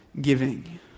giving